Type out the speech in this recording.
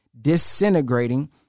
disintegrating